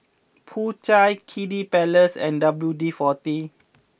Po Chai Kiddy Palace and W D forty